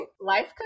Life